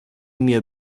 mir